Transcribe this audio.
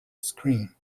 screen